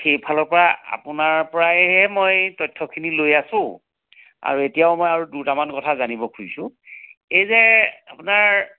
সেইফালৰপৰা আপোনাৰপৰায়ে মই তথ্য়খিনি লৈ আছো আৰু এতিয়াও মই আৰু দুটামান কথা জানিব খুজিছোঁ এই যে আপোনাৰ